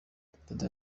perezida